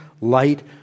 light